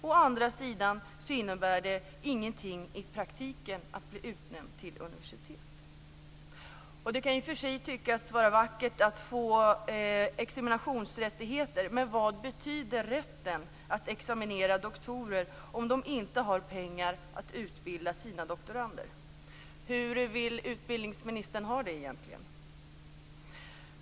Å andra sidan innebär det ingenting i praktiken att bli utnämnd till universitet. Det kan ju i och för sig tyckas vara vackert att få examinationsrättigheter. Men vad betyder rätten att examinera doktorer om de inte har pengar till att utbilda sina doktorander? Hur vill utbildningsministern ha det egentligen?